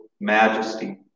majesty